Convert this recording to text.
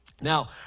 Now